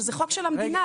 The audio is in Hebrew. שזה חוק של המדינה,